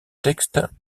textes